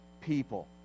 people